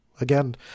Again